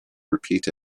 repeat